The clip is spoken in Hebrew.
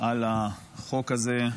על החוק הזה.